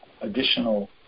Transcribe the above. additional